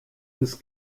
ins